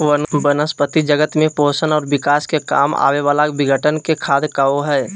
वनस्पती जगत में पोषण और विकास के काम आवे वाला विघटन के खाद कहो हइ